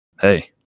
hey